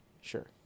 Sure